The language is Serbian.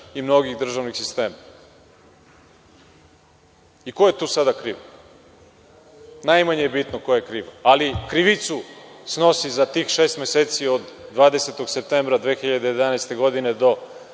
i mnogih državnih sistema. Ko je tu sada kriv? Najmanje je bitno ko je kriv. Ali, krivicu snosi za tih šest meseci od 20. septembra 2011. godine do